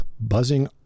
buzzing